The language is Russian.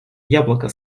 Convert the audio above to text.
яблоко